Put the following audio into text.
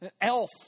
Elf